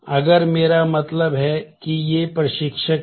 अगर मेरा मतलब है कि ये प्रशिक्षक हैं